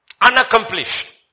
Unaccomplished